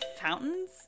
fountains